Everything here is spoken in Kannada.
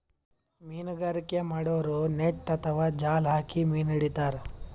ಮೀನ್ಗಾರಿಕೆ ಮಾಡೋರು ನೆಟ್ಟ್ ಅಥವಾ ಜಾಲ್ ಹಾಕಿ ಮೀನ್ ಹಿಡಿತಾರ್